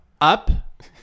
up